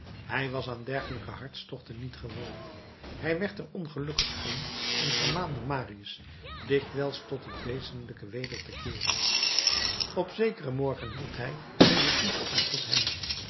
hij was aan dergelijke hartstochten niet gewoon hij werd er ongeduldig om en vermaande marius dikwijls tot het wezenlijke weder te keeren op zekeren morgen hield hij deze toespraak tot hem